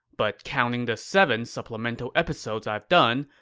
but counting the seven supplemental episodes i've done,